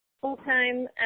full-time